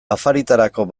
afaritarako